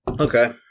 Okay